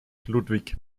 ludwig